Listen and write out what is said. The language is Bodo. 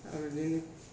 आरो बिदिनो